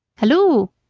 halloo!